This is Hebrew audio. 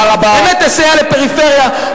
באמת תסייע לפריפריה,